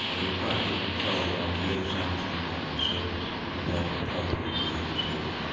and we have quite good control on where the samples come from and the surface, we have a lot of photography of the lunar surface,